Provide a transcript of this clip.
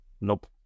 Nope